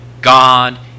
God